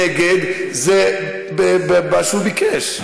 ונגד זה מה שהוא ביקש.